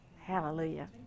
Hallelujah